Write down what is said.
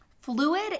Fluid